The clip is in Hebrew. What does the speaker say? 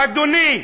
אדוני,